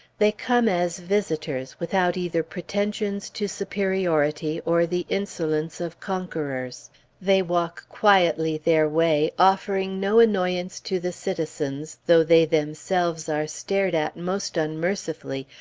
they come as visitors without either pretensions to superiority, or the insolence of conquerors they walk quietly their way, offering no annoyance to the citizens, though they themselves are stared at most unmercifully,